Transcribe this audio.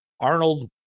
Arnold